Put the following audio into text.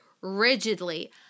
rigidly